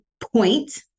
point